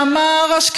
זה מה שאמרו עליו.